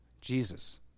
Jesus